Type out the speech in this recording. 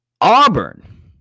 Auburn